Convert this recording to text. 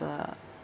uh